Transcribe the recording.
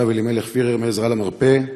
הרב אלימלך פירר מ"עזרה למרפא",